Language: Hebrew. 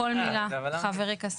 כל מילה, חברי כסיף.